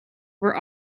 were